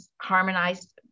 harmonized